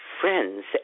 friends